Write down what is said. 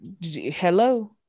Hello